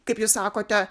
kaip jūs sakote